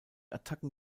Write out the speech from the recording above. attacken